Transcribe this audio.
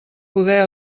poder